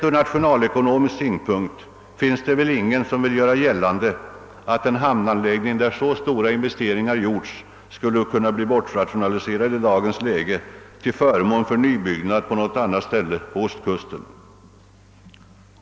Från nationalekonomisk synpunkt vill väl heller ingen göra gällande att en hamnanläggning, där så stora investeringar gjorts, skulle kunna bli bortrationaliserad i dagens läge till förmån för nybyggnad på något annat ställe på ostkusten.